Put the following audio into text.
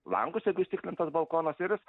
langus jeigu įstiklintas balkonas ir jis